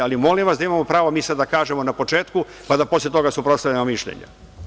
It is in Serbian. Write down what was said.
Ali, molim vas da imamo pravo mi sada da kažemo na početku pa da posle toga suprotstavimo mišljenje.